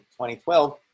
2012